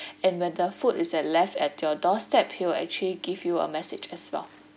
and when the food is at left at your doorstep he'll actually give you a message as well